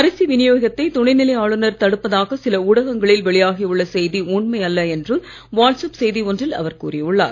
அரிசி விநியோகத்தை துணைநிலை ஆளுநர் தடுப்பதாக சில ஊடகங்களில் வெளியாகி உள்ள செய்தி உண்மை அல்ல என்று வாட்ஸ்அப் செய்தி ஒன்றில் அவர் கூறியுள்ளார்